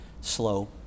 slow